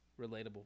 relatable